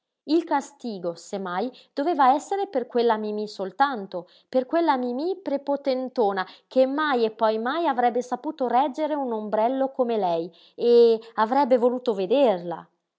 il castigo se mai doveva essere per quella mimí soltanto per quella mimí prepotentona che mai e poi mai avrebbe saputo reggere un ombrello come lei eh avrebbe voluto vederla